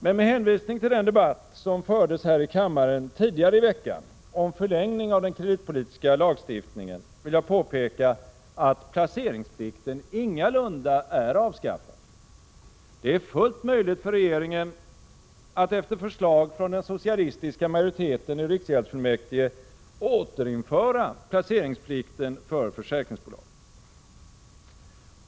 Men med hänvisning till den debatt som fördes här i kammaren tidigare i veckan om förlängning av den kreditpolitiska lagstiftningen, vill jag påpeka att placeringsplikten ingalunda är avskaffad. Det är fullt möjligt för regeringen att efter förslag från den socialistiska majoriteten i riksgäldsfullmäktige återinföra placeringsplikten för försäkringsbolag.